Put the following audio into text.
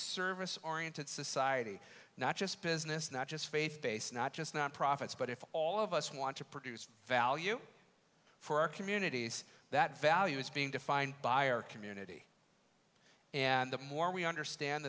service oriented society not just business not just faith based not just non profits but if all of us want to produce value for our communities that value is being defined by our community and the more we understand